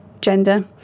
gender